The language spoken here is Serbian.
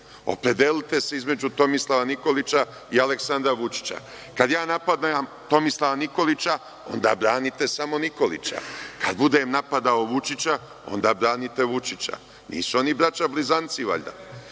opredelite se između Tomislava Nikolića i Aleksandra Vučića. Kada ja napadam Tomislava Nikolića, onda branite samo Nikolića. Kada budem napadao Vučića, onda branite Vučića. Nisu oni braća blizanci valjda,